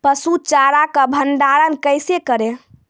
पसु चारा का भंडारण कैसे करें?